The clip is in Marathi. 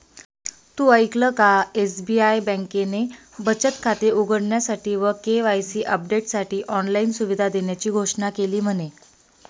तु ऐकल का? एस.बी.आई बँकेने बचत खाते उघडण्यासाठी व के.वाई.सी अपडेटसाठी ऑनलाइन सुविधा देण्याची घोषणा केली म्हने